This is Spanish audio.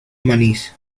manís